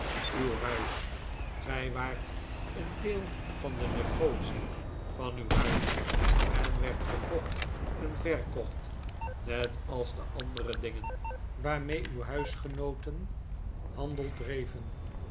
w huis gij waart een deel van de negotie van uw huis en werdt gekocht en verkocht net als de andere dingen waarmee uw huisgenooten handel dreven